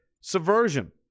subversion